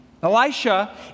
Elisha